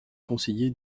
conseiller